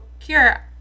Kira